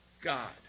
God